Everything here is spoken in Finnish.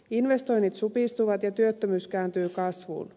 investoinnit supistuvat ja työttömyys kääntyy kasvuun